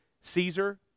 Caesar